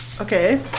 okay